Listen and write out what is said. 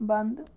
ਬੰਦ